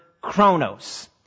chronos